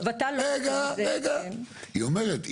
היא אומרת,